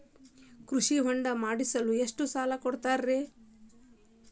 ಕೃಷಿ ಹೊಂಡ ಮಾಡಿಸಲು ಎಷ್ಟು ಸಾಲ ಕೊಡ್ತಾರೆ?